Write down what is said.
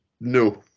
No